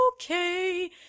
okay